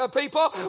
people